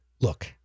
Look